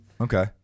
Okay